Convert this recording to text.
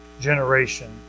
generation